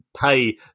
pay